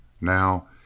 Now